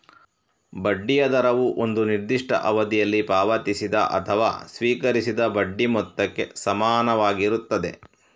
ಬಡ್ಡಿಯ ದರವು ಒಂದು ನಿರ್ದಿಷ್ಟ ಅವಧಿಯಲ್ಲಿ ಪಾವತಿಸಿದ ಅಥವಾ ಸ್ವೀಕರಿಸಿದ ಬಡ್ಡಿ ಮೊತ್ತಕ್ಕೆ ಸಮಾನವಾಗಿರುತ್ತದೆ